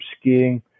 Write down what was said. skiing